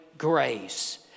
grace